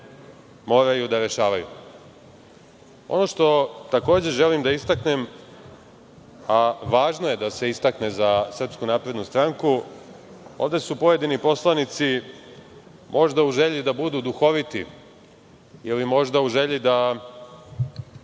moraju da rešavaju. Ono što takođe želim da istaknem, a važno je da se istakne za SNS, ovde su pojedini poslanici možda u želji da budu duhoviti ili možda u želji da